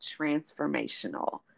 transformational